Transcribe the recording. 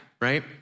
right